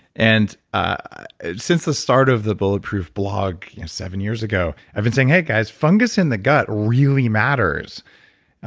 and ah since the start of the bulletproof blog seven years ago i've been saying, hey guys, fungus in the gut really matters.